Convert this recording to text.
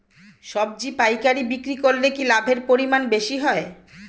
সবজি পাইকারি বিক্রি করলে কি লাভের পরিমাণ বেশি হয়?